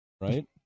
right